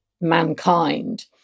mankind